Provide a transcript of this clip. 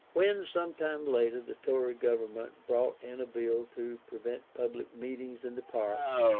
when, some time later, the tory government brought in a bill to prevent public meetings in the parks,